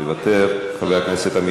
חבר הכנסת אלי כהן,